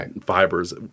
fibers